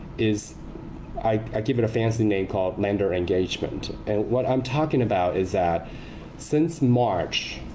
is i give it a fancy name called lender engagement. and what i'm talking about is that since march,